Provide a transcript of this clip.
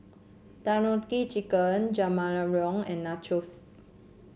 Tandoori Chicken Jajangmyeon and Nachos